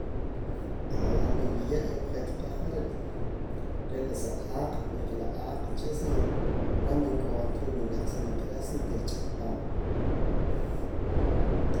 Aaa la nruye' yojaak' qahoj re' la sa aq' porque la aq' uche sí nra man k'onata ruu' wunaq sino que reh sí tiruch'apaam.